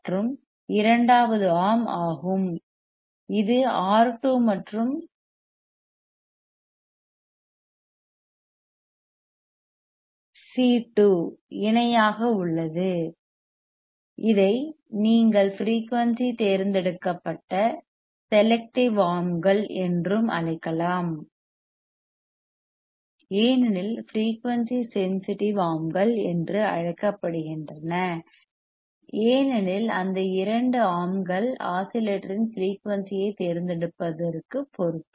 மற்றும் இரண்டாவது ஆர்ம் ஆகும் இது R2 மற்றும் C2 இணையாக உள்ளது இதை நீங்கள் ஃபிரெயூனிசி தேர்ந்தெடுக்கப்பட்ட selective செலக்டிவ் ஆர்ம்கள் என்று அழைக்கலாம் ஏனெனில் ஃபிரெயூனிசி சென்சிட்டிவ் ஆர்ம்கள் என்று அழைக்கப்படுகின்றன ஏனெனில் அந்த இரண்டு ஆர்ம் கள் ஆஸிலேட்டரின் ஃபிரெயூனிசி ஐத் தேர்ந்தெடுப்பதற்கு பொறுப்பு